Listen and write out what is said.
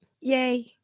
Yay